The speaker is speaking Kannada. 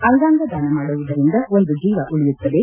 ಅಂಗಾಂಗ ದಾನ ಮಾಡುವುದರಿಂದ ಒಂದು ಜೀವ ಉಳಿಯುತ್ತದೆ